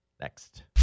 next